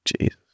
Jesus